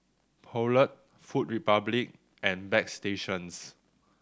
Poulet Food Republic and Bagstationz